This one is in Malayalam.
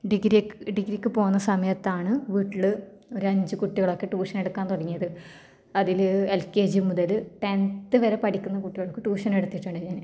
ഡിഗ്രി ഒക്കെ ഡിഗ്രിക്ക് പോവുന്ന സമയത്താണ് വീട്ടിൽ ഒരഞ്ച് കുട്ടികളൊക്കെ ട്യൂഷൻ എടുക്കാൻ തുടങ്ങിയത് അതിൽ എൽ കെ ജി മുതൽ ടെൻത് വരെ പഠിക്കുന്ന കുട്ടികൾക്ക് ട്യൂഷൻ എടുത്തിട്ടുണ്ട് ഞാൻ